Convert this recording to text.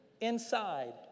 inside